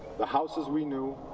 the houses we knew,